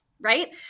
right